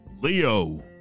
Leo